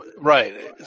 right